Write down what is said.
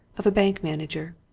of a bank manager.